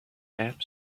app